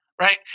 right